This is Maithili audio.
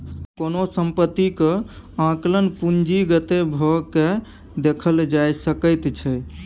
कोनो सम्पत्तीक आंकलन पूंजीगते भए कय देखल जा सकैत छै